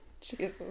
Jesus